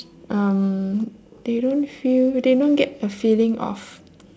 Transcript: um they don't feel they don't get a feeling of